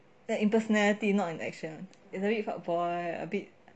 their impersonality not in action it's a bit part boy a bit